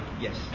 Yes